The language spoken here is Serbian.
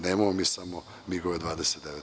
Nemamo mi samo migove 29.